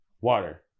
water